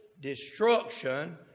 destruction